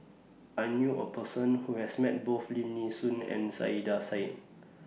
I knew A Person Who has Met Both Lim Nee Soon and Saiedah Said